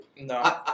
No